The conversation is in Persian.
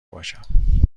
باشم